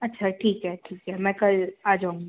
अच्छा ठीक है ठीक है मैं कल आ जाऊँगी